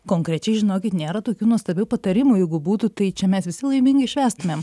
konkrečiai žinokit nėra tokių nuostabių patarimų jeigu būtų tai čia mes visi laimingai švęstumėm